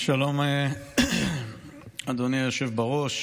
שלום, אדוני היושב בראש,